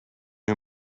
who